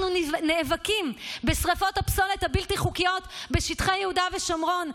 אנחנו נאבקים בשרפות הפסולת הבלתי-חוקיות בשטחי יהודה ושומרון,